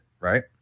Right